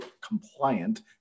compliant